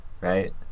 Right